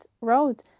road